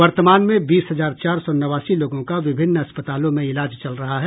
वर्तमान में बीस हजार चार सौ नवासी लोगों का विभिन्न अस्पतालों में इलाज चल रहा है